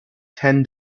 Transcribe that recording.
ten